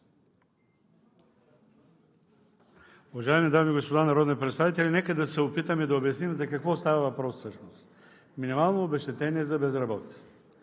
Уважаеми дами и господа народни представители, нека да се опитаме да обясним за какво става въпрос всъщност – минимално обезщетение за безработица.